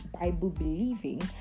Bible-believing